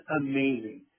amazing